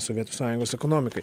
sovietų sąjungos ekonomikai